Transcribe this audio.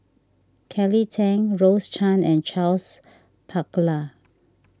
Kelly Tang Rose Chan and Charles Paglar